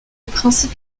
principe